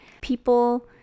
people